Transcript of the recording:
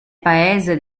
paese